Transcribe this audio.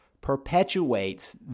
perpetuates